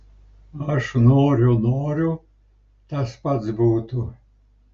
aš noriu noriu tas pats būtų